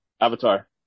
Avatar